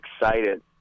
excited